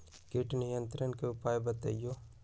किट नियंत्रण के उपाय बतइयो?